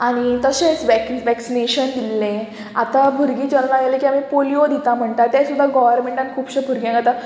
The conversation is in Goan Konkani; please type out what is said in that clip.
आनी तशेंच वेक वेक्सिनेशन दिल्लें आतां भुरगीं जल्मा येयलें की आमी पोलियो दिता म्हणटा तें सुद्दां गोवोरमेंटान खुबश्या भुरग्यांक आतां